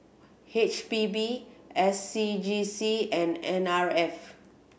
H P B S C G C and N R F